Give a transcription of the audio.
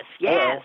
yes